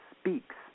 speaks